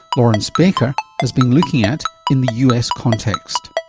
laurence baker, has been looking at in the us context.